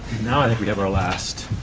now i think we have our last.